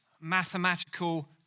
mathematical